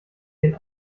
den